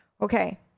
okay